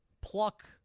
pluck